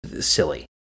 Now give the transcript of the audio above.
Silly